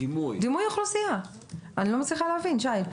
אני לא מצליחה להבין, שי.